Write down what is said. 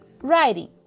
Writing